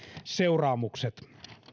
seuraamukset